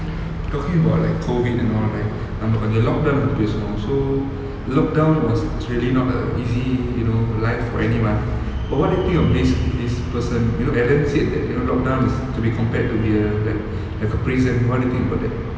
talking about like COVID and all right நம்ம கொஞ்சம்:namma konjam lockdown பத்தி பேசுவோம்:pathi pesuvom so lockdown was really not a easy you know life for anyone but what do you think of this this person you know ellen said that you know lockdown is to be compared to be a like like a prison what do you think about that